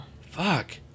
Fuck